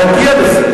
אני אגיע לזה.